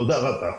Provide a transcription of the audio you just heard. תודה רבה.